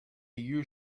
you